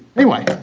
anyway